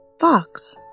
Fox